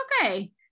okay